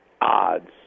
odds